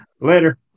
Later